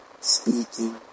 speaking